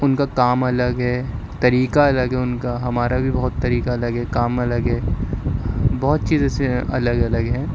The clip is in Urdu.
ان کا کام الگ ہے طریقہ الگ ہے ان کا ہمارا بھی بہت طریقہ الگ ہے کام الگ ہے بہت چیزیں سے الگ الگ ہیں